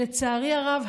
לצערי הרב,